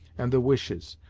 and the wishes,